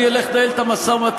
אני אלך לנהל את המשא-ומתן,